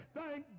thank